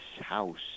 house